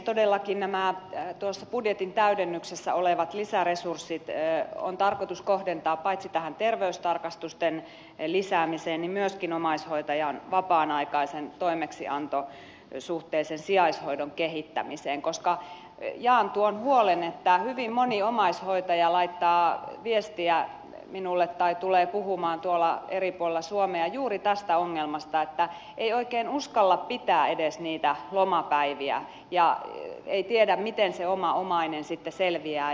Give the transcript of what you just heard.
todellakin nämä tuossa budjetin täydennyksessä olevat lisäresurssit on tarkoitus kohdentaa paitsi tähän terveystarkastusten lisäämiseen myöskin omaishoitajan vapaan aikaisen toimeksiantosuhteisen sijaishoidon kehittämiseen koska jaan tuon huolen hyvin moni omaishoitaja laittaa viestiä minulle tai tulee puhumaan tuolla eri puolilla suomea juuri tästä ongelmasta että ei oikein uskalleta pitää edes niitä lomapäiviä ja ei tiedetä miten se oma omainen sitten selviää